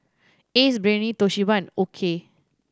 Ace Brainery Toshiba and OKI